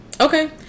Okay